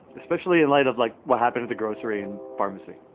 especially in light of like what happened to the grocery and pharmacy?